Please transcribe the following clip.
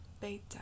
Beta